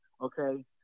Okay